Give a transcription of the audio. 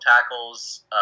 tackles